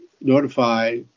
notify